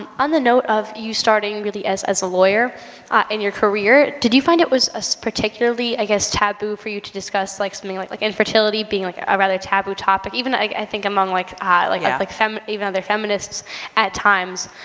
um on the note of you starting really as as a lawyer in your career did you find it was ah so particularly, i guess taboo, for you to discuss like something like like infertility being like ah a rather taboo topic, even, i think, among like, like, yeah like femme even other feminists at times.